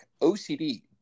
OCD